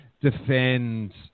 defend